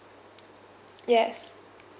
yes